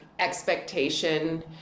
expectation